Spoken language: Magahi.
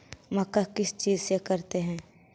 मक्का किस चीज से करते हैं?